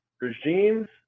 regimes